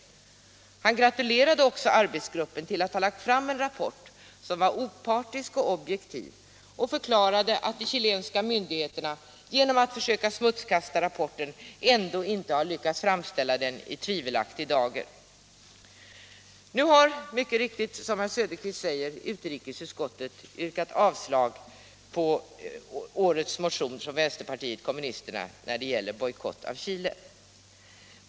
Rydbeck gratulerade också arbetsgruppen till att ha lagt fram en rapport som var opartisk och objektiv, och han förklarade att de chilenska myndigheterna, trots att de försökt smutskasta rapporten, inte hade lyckats framställa den i tvivelaktig dager. Utskottet har, som herr Söderqvist sade, yrkat avslag på årets motion från vänsterpartiet kommunisterna när det gäller en bojkott mot Chile.